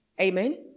Amen